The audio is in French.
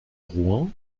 rouen